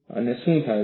અને શું થાય છે